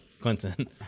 Clinton